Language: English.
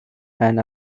and